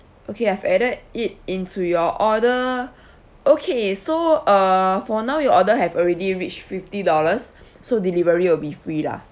okay I've added it into your order okay so uh for now you order have already reached fifty dollars so delivery will be free lah